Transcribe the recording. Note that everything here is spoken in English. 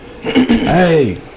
Hey